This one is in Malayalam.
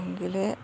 എങ്കിലേ